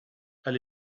elle